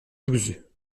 douze